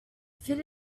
fit